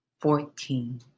fourteen